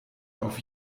auf